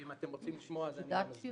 ואם אתם רוצים לשמוע אני מסביר.